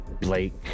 Blake